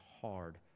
hard